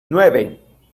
nueve